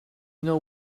know